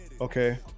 Okay